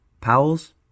Powell's